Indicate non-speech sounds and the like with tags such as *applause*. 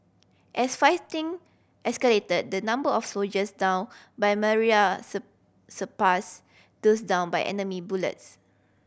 as fighting escalated the number of soldiers downed by malaria *unintelligible* surpassed those downed by enemy bullets